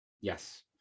Yes